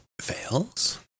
fails